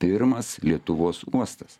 pirmas lietuvos uostas